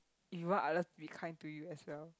you know I love be kind to you as well